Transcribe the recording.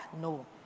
no